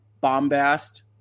bombast